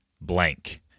Blank